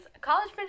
college